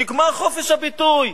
נגמר חופש הביטוי.